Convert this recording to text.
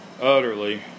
utterly